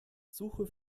suche